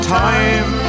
time